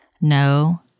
no